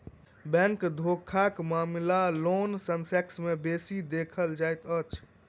bank धोखाक मामिला loan section मे बेसी देखल जाइत अछि